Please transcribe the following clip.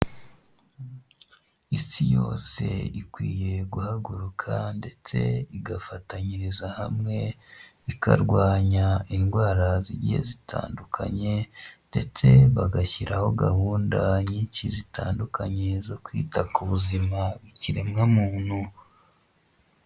Isi yose ikwiye guhaguruka ndetse igafatanyiriza hamwe ikarwanya indwara zigiye zitandukanye, ndetse bagashyiraho gahunda nyinshi zitandukanye zo kwita ku buzima bw'ikiremwa muntu.